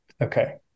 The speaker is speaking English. Okay